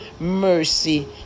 mercy